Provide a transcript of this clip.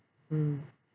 mm